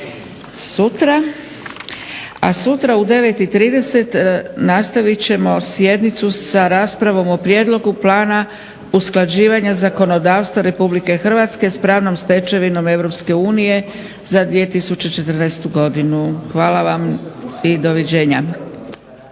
sutra u 9,30 nastavit ćemo sjednicu sa raspravom o prijedlogu plana usklađivanja zakonodavstva RH sa pravnom stečevinom EU za 2014.godinu. Hvala vam! Doviđenja!